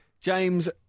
James